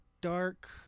dark